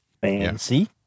fancy